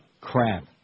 Crap